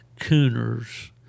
cooners